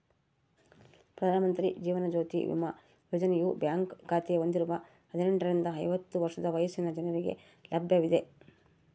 ಪ್ರಧಾನ ಮಂತ್ರಿ ಜೀವನ ಜ್ಯೋತಿ ಬಿಮಾ ಯೋಜನೆಯು ಬ್ಯಾಂಕ್ ಖಾತೆ ಹೊಂದಿರುವ ಹದಿನೆಂಟುರಿಂದ ಐವತ್ತು ವರ್ಷ ವಯಸ್ಸಿನ ಜನರಿಗೆ ಲಭ್ಯವಿದೆ